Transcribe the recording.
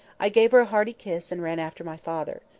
i gave her a hearty kiss, and ran after my father.